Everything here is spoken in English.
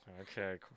Okay